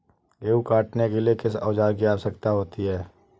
गेहूँ काटने के लिए किस औजार की आवश्यकता होती है?